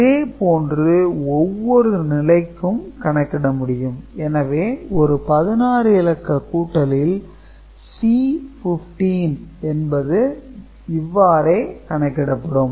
இதே போன்று ஒவ்வொரு நிலைக்கும் கணக்கிட முடியும் எனவே ஒரு 16 இலக்க கூட்டலில் C15 என்பது இவ்வாறே கணக்கிடப்படும்